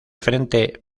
frente